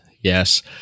yes